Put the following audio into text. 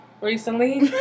Recently